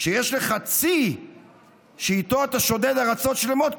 כשיש לך צי שאיתו אתה שודד ארצות שלמות,